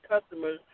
customers